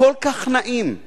כל כך נעים.